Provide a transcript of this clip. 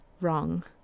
wrong